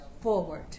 forward